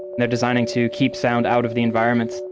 you know designing to keep sound out of the environments.